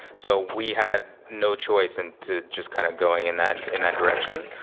so we had no choice and to just kind of going in that in that direction,